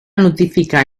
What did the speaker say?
notificar